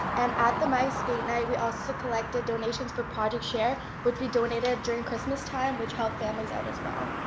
and at the myac skate night we also collected donations for project share, which we donated during christmas time, which helped families out as well.